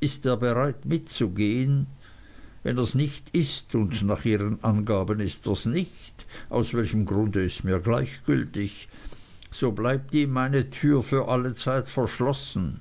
ist er bereit mitzugehen wenn ers nicht ist und nach ihren angaben ist ers nicht aus welchem grunde ist mir gleichgültig so bleibt ihm meine tür für alle zeit verschlossen